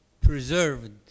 preserved